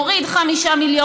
הוריד 5 מיליון,